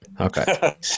Okay